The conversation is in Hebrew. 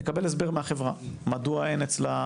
נקבל הסבר מהחברה, מדוע אין אצלה